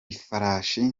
ifarashi